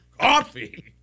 Coffee